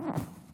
אדוני היושב-ראש,